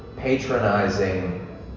patronizing